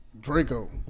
draco